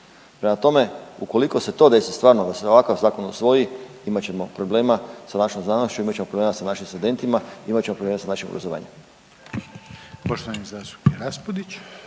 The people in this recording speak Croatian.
Prema tome, ukoliko se to desi stvarno da se ovakav zakon usvoji imat ćemo problema sa našom znanošću, imat ćemo problema sa našim studentima, imat ćemo problema sa našim obrazovanjem. **Reiner, Željko (HDZ)**